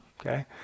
okay